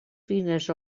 fines